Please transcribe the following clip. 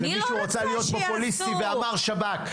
זה מישהו רצה להיות פופוליסטי ואמר שב"כ.